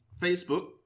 Facebook